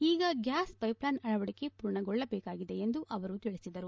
ಈಗ gas pipeline ಅಳವಡಿಕೆ ಪೂರ್ಣಗೊಳ್ಳಬೇಕಾಗಿದೆ ಎಂದು ಅವರು ತಿಳಿಸಿದರು